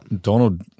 Donald